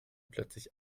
plötzlich